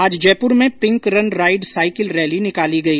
आज जयप्र में pink run ride cycle rally निकाली गई